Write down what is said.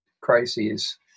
crises